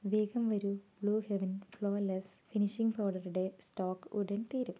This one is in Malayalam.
വേഗം വരൂ blue heaven flawless finishing powder ടെ സ്റ്റോക് ഉടൻ തീരും